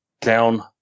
down